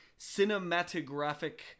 Cinematographic